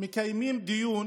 מקיימים דיון